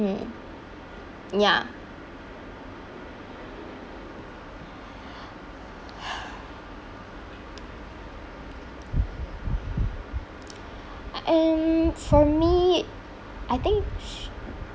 mm ya and for me I think